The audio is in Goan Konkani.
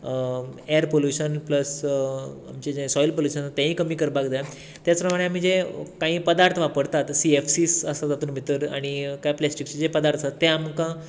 एयर पोल्यूशन प्लस आमचें जें सॉयल पोल्यूशन तेंय करपाक जाय त्याच प्रमाणे आमी जे काय पदार्थ वापरतात सीएफसी आसा तातूंत भितर आनी कांय प्लास्टिक जे पदार्थ आसा ते आमकां